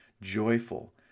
joyful